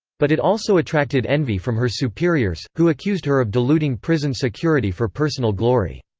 but it also attracted envy from her superiors, who accused her of diluting prison security for personal glory.